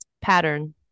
pattern